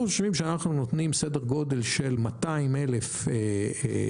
אנחנו חושבים שאנחנו נותנים סדר גודל של 200,000 שקל